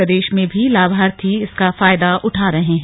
प्रदेश में भी लाभार्थी इसका फायदा उठा रहे हैं